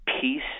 peace